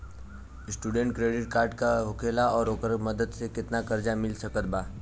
Student credit card का होखेला और ओकरा मदद से केतना कर्जा मिल सकत बा?